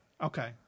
okay